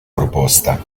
proposta